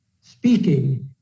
speaking